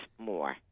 more